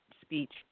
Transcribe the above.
speech